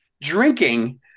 drinking